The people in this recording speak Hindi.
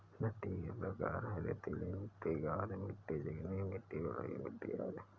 मिट्टी के प्रकार हैं, रेतीली मिट्टी, गाद मिट्टी, चिकनी मिट्टी, बलुई मिट्टी अदि